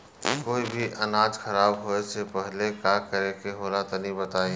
कोई भी अनाज खराब होए से पहले का करेके होला तनी बताई?